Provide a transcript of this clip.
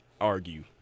argue